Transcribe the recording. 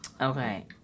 Okay